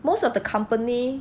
most of the company